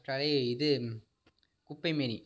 கற்றாழை இது குப்பைமேனி